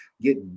get